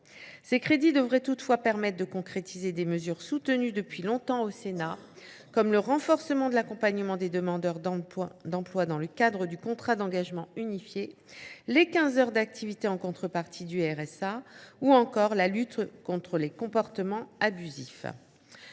Ces crédits devraient toutefois permettre de concrétiser des mesures soutenues depuis longtemps au Sénat, comme le renforcement de l’accompagnement des demandeurs d’emploi dans le cadre du contrat d’engagement unifié, les quinze heures d’activité exigées en contrepartie du RSA, ou encore la lutte contre les comportements abusifs.